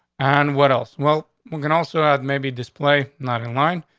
and what else? well, we can also add maybe display not in line,